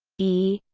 e